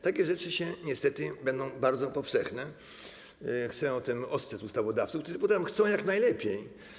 Takie rzeczy niestety będą bardzo powszechne, chcę o tym ostrzec ustawodawców, którzy potem chcą jak najlepiej.